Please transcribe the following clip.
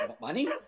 Money